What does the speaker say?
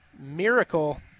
miracle